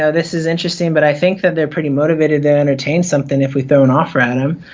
ah this is interesting but i think that they're pretty motivated, they're entertain something if we throw an offer at them.